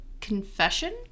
confession